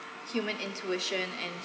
human intuition and